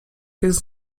jest